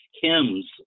Kim's